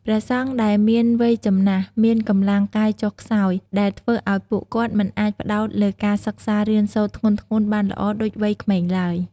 ព្រះសង្ឃដែលមានវ័យចំណាស់ មានកម្លាំងកាយចុះខ្សោយ ដែលធ្វើឱ្យពួកគាត់មិនអាចផ្តោតលើការសិក្សារៀនសូត្រធ្ងន់ៗបានល្អដូចវ័យក្មេងឡើយ។